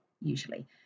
usually